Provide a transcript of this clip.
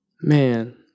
Man